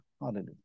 Hallelujah